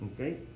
okay